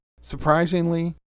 Surprisingly